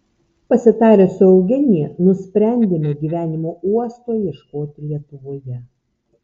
pasitarę su eugenija nusprendėme gyvenimo uosto ieškoti lietuvoje